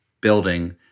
building